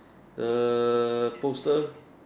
err poster